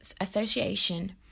Association